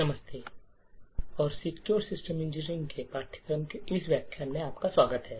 नमस्ते और secure system engineering के पाठ्यक्रम के इस व्याख्यान में आपका स्वागत है